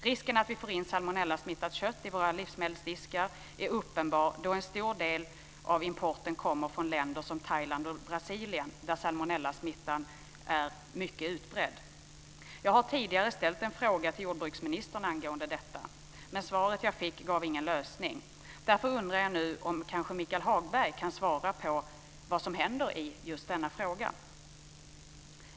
Risken att vi får in salmonellasmittat kött i våra livsmedelsdiskar är uppenbar då en stor del av importen kommer från länder som Thailand och Brasilien, där salmonellasmittan är mycket utbredd. Jag har tidigare ställt en fråga till jordbruksministern angående detta, men svaret jag fick gav ingen lösning. Därför undrar jag nu om Michael Hagberg kanske kan svara på vad som händer i denna fråga.